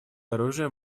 оружием